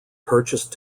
purchased